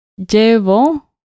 Llevo